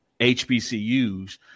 HBCUs